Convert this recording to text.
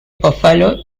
buffalo